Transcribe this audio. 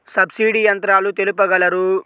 Subsidy యంత్రాలు తెలుపగలరు?